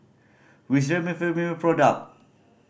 which Remifemin product